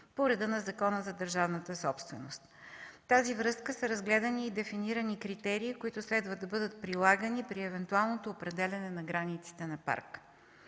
по реда на Закона за държавната собственост. В тази връзка са разгледани и дефинирани критерии, които следва да бъдат прилагани при евентуалното определяне на границите на парка.